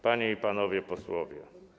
Panie i Panowie Posłowie!